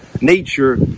nature